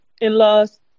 in-laws